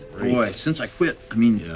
boy, since i quit, i mean,